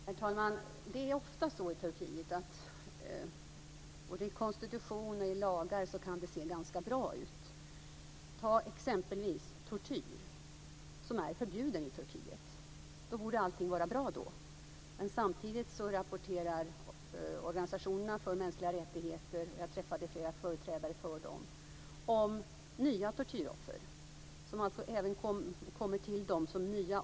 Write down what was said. Herr talman! I Turkiet är det ofta så att det ser ganska bra ut både i konstitution och i lagar. Vi kan ta tortyr som exempel. Det är förbjudet i Turkiet. Då borde allting vara bra, men samtidigt rapporterar organisationerna för mänskliga rättigheter - och jag träffade flera företrädare för dem - om nya tortyroffer. Det kommer alltså nya offer till dem just nu.